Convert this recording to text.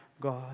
God